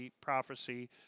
prophecy